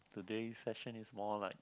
the day session is more like